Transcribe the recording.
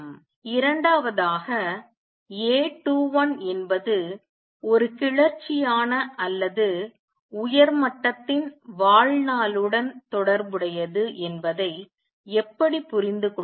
இரண்டாவதாக A21 என்பது ஒரு கிளர்ச்சியான அல்லது உயர் மட்டத்தின் வாழ் நாளுடன் தொடர்புடையது என்பதை எப்படி புரிந்துகொள்வோம்